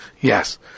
Yes